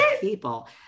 people